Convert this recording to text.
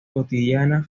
cotidiana